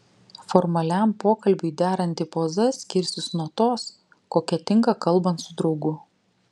formaliam pokalbiui deranti poza skirsis nuo tos kokia tinka kalbant su draugu